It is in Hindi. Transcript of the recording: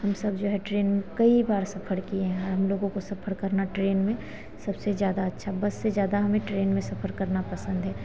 हम सब जो है ट्रेन में कई बार सफ़र किए हैं और हमलोगों को सफ़र करना ट्रेन में सबसे ज़्यादा अच्छा बस से ज़्यादा हमें ट्रेन में सफ़र करना पसन्द है